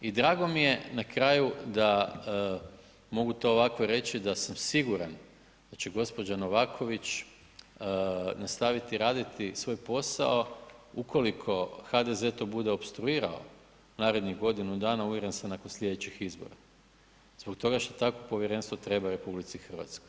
I drago mi je na kraju, mogu to ovako reći da sam siguran da će gospođa Novaković nastaviti raditi svoj posao, ukoliko HDZ to bude opstruirao narednih godinu dana uvjeren sam nakon sljedećih izbora, zbog toga što takvo povjerenstvo treba RH.